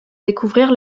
découvrir